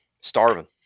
Starving